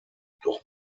doch